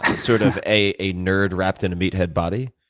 sort of a a nerd wrapped in a meathead body?